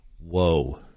Whoa